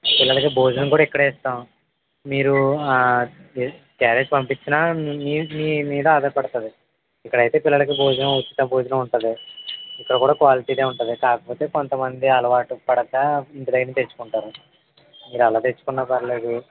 పిల్లలకి భోజనం కూడా ఇక్కడే ఇస్తాం మీరు ఆ క్యారేజ్ పంపించినా మీ మీద ఆధారపడుతుంది ఇక్కడైతే పిల్లలకి భోజనం ఉచిత భోజనం ఉంటుంది ఇక్కడ కూడా క్వాలిటీనే ఉంటుంది కాకపోతే కొంతమంది అలవాటు పడక ఇంటి దగ్గర నుంచి తెచ్చుకుంటారు మీరు ఎలా తెచ్చుకున్నా పర్లేదు